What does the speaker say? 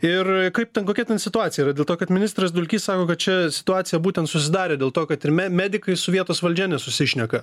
ir kaip ten kokia ten situacija yra dėl to kad ministras dulkys sako kad čia situacija būtent susidarė dėl to kad ir me medikai su vietos valdžia nesusišneka